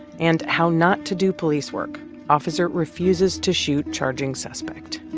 and how not to do police work officer refuses to shoot charging suspect.